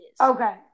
Okay